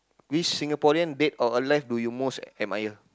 which Singaporean dead or alive do you most admire